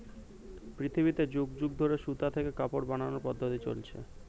পৃথিবীতে যুগ যুগ ধরে সুতা থেকে কাপড় বানানোর পদ্ধতি চলছে